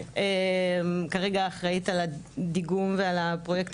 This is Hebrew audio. כרגע אחראית על הדיגום ועל הפרויקט